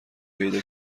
پیدا